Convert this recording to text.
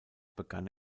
begann